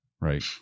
Right